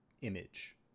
image